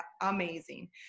Amazing